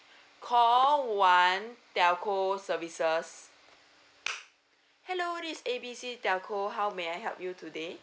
call one telco services hello this A B C telco how may I help you today